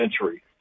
century